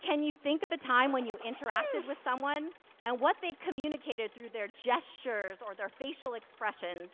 can you think of a time when you interacted with someone and what they communicated through their gestures or their facial expressions